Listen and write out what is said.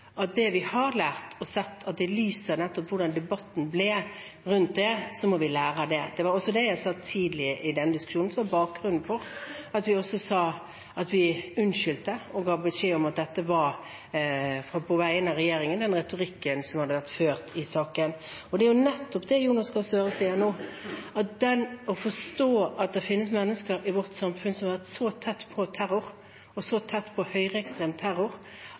det vi har lært, og sett i lys av nettopp hvordan debatten ble rundt det, må vi lære av det. Det var også det jeg sa tidlig i denne diskusjonen, som er bakgrunnen for at vi også unnskyldte og ga beskjed om at det var på vegne av regjeringen den retorikken som hadde vært ført i saken. Og det er nettopp det Jonas Gahr Støre sier nå, at å forstå at det finnes mennesker i vårt samfunn som har vært så tett på terror, og så tett på høyreekstrem terror,